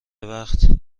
وخت